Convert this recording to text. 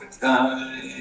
time